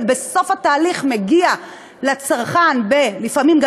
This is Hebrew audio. ובסוף התהליך הוא מגיע לצרכן לפעמים גם